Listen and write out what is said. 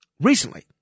recently